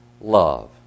love